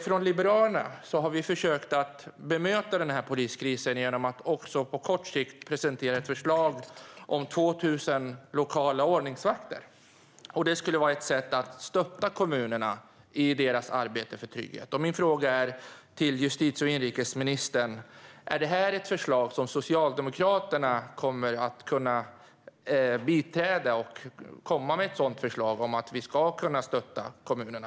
Från Liberalerna har vi försökt att bemöta poliskrisen genom att också på kort sikt presentera ett förslag om 2 000 lokala ordningsvakter. Det skulle vara ett sätt att stötta kommunerna i deras arbete för trygghet. Min fråga till justitie och inrikesministern är: Är detta ett förslag som Socialdemokraterna kommer att kunna biträda? Kommer man att komma med ett sådant förslag om att vi ska kunna stötta kommunerna?